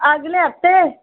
अगले हफ्ते